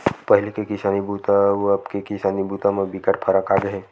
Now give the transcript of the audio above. पहिली के किसानी बूता अउ अब के किसानी बूता म बिकट फरक आगे हे